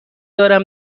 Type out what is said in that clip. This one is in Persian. دارم